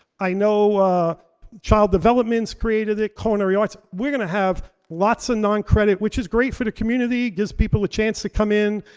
i know child development's created it, culinary arts, we're gonna have lots of non-credit. which is great for the community, gives people a chance to come in,